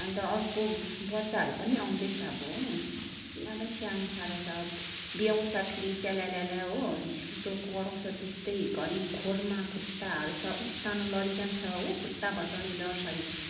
अन्त अर्को बच्चाहरू पनि आउँदैछ अब हो यिनीहरूलाई स्याहार्नु साह्रो छ बियाउँछ फेरि च्याल्याल्या हो रिस उठ्दो कराउँछ त्यस्तै घरि खोरमा खुट्टा हाल्छ उत्तानो लडिजान्छ हो खुट्टा भचाउने डरसरी